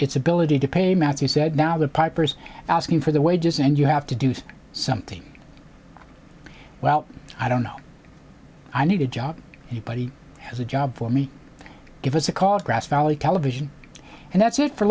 its ability to pay matthew said now the pipers asking for the wages and you have to do something well i don't know i need a job you buddy has a job for me give us a call grass valley television and that's it for